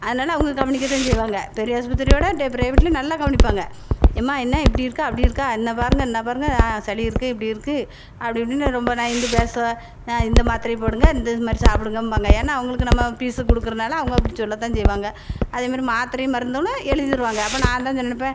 அதனால் அவங்க கவனிக்க தான் செய்வாங்க பெரியாஸ்பத்திரியோடய ட ப்ரைவேடில் நல்லா கவனிப்பாங்க அம்மா என்ன இப்படியிருக்க அப்படியிருக்கா இன்னப்பாருங்க இன்னப்பாருங்க சளியிருக்கு இப்படியிருக்கு அப்படி இப்படின்னு ரொம்ப நயந்து பேசுவ இந்த மாத்திரையை போடுங்க இந்த இது மாதிரி சாப்பிடுங்கம்பாங்க ஏன்னால் அவங்களுக்கு நம்ம பீஸ்ஸு கொடுக்குறனால அப்படி சொல்லத்தான் செய்வாங்க அதே மாதிரி மாத்திரையும் மருந்தும்ன்னு எழுதி தருவாங்க அப்போ நான் தான் சொன்னப்போ